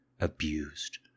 abused